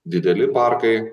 dideli parkai